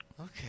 Okay